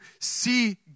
see